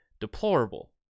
deplorable